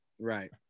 right